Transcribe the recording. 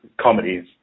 comedies